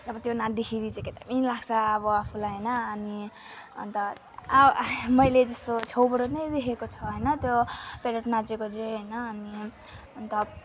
अब त्यो नाच्दाखेरि चाहिँ क्या दामी लाग्छ अब आफूलाई होइन अनि अन्त आ मैले जस्तो छेउबाट नै देखेको छ होइन त्यो प्यारोट नाचेको चाहिँ होइन अनि अन्त